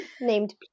Named